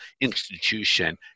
institution